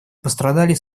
пострадали